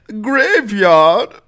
graveyard